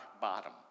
bottom